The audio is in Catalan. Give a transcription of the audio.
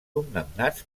condemnats